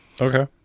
Okay